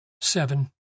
Seven